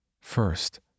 First